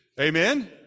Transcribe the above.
amen